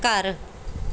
ਘਰ